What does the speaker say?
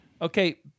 Okay